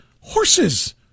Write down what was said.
horses